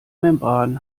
membran